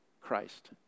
Christ